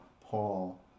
Paul